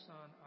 Son